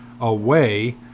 away